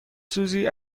سوزی